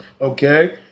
okay